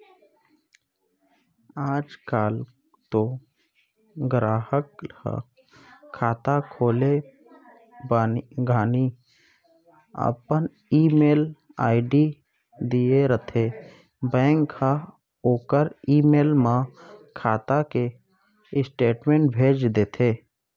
आज काल तो गराहक ह खाता खोले घानी अपन ईमेल आईडी दिए रथें बेंक हर ओकर ईमेल म खाता के स्टेटमेंट भेज देथे